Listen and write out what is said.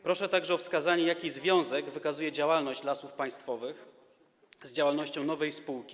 Proszę także o wskazanie, jaki związek wykazuje działalność Lasów Państwowych z działalnością nowej spółki?